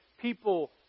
people